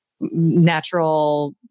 natural